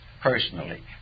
personally